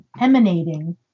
emanating